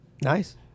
Nice